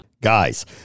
Guys